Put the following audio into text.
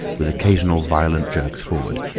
with occasional violent jerks forward.